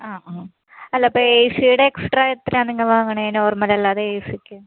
ആ ആ അല്ല അപ്പോൾ എ സീടെ എക്സ്ട്രാ എത്രയാണ് നിങ്ങൾ വാങ്ങണത് നോർമൽ അല്ലാതെ എ സിക്ക്